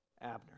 Abner